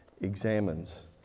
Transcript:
examines